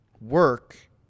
work